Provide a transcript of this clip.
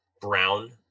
brown